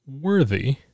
worthy